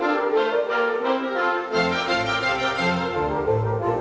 whoa whoa whoa whoa whoa whoa